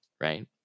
right